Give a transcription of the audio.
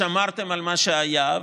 שמרתם על מה שהיה,